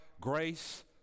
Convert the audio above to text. grace